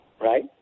right